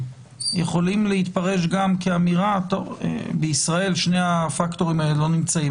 יכולים להתפרש גם כאמירה בישראל שני הפקטורים האלה לא נמצאים,